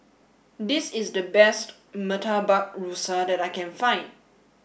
this is the best Murtabak Rusa that I can find